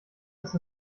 ist